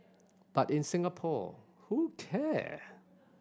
but in Singapore who care